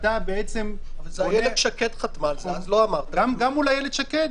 גם מול אילת שקד.